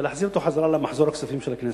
ולהחזיר אותו למחזור הכספים של הכנסת,